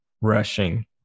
rushing